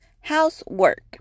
housework